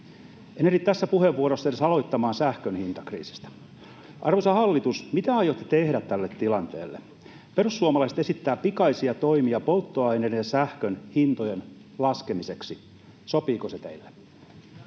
En ehdi tässä puheenvuorossa edes aloittamaan sähkön hintakriisistä. Arvoisa hallitus, mitä aiotte tehdä tälle tilanteelle? Perussuomalaiset esittävät pikaisia toimia polttoaineiden ja sähkön hintojen laskemiseksi. Sopiiko se teille?